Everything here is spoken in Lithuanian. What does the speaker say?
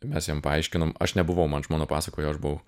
mes jam paaiškinom aš nebuvau man žmona pasakojo aš buvau